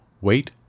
Wait